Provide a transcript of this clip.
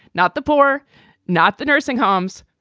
not the poor not the nursing homes.